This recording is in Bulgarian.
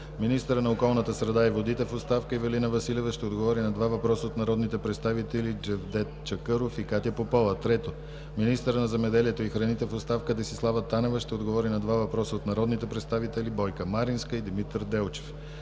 Министърът на околната среда и водите в оставка Ивелина Василева ще отговори на два въпроса от народните представители Джевдет Чакъров, и Катя Попова. 3. Министърът на земеделието и храните в оставка Десислава Танева ще отговори на два въпроса от народните представители Бойка Маринска, и Димитър Делчев.